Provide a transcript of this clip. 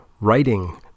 writing